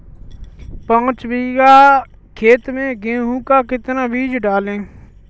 पाँच बीघा खेत में गेहूँ का कितना बीज डालें?